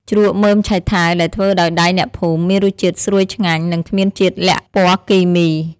ជ្រក់មើមឆៃថាវដែលធ្វើដោយដៃអ្នកភូមិ មានរសជាតិស្រួយឆ្ងាញ់ និងគ្មានជាតិល័ក្ខពណ៌គីមី។